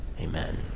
amen